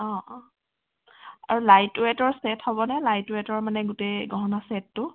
অ' আৰু লাইট ওৱেটৰ ছে'ট হ'বনে লাইট ওৱেটৰ মানে গোটেই গহনা ছে'টটো